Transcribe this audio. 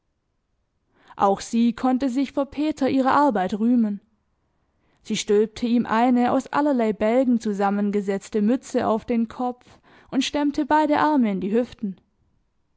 auch sie konnte sich vor peter ihrer arbeit rühmen sie stülpte ihm eine aus allerlei bälgen zusammengesetzte mütze auf den kopf und stemmte beide arme in die hüften